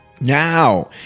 Now